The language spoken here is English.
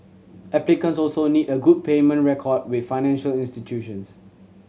applicants also need a good payment record with financial institutions